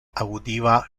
audiva